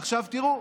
עכשיו תראו,